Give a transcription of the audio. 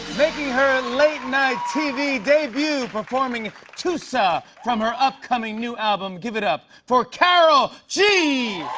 making her late night tv debut, performing tusa, from her upcoming new album, give it up for karol g!